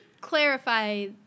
clarify